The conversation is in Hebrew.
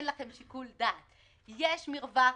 לגבי הנוהל,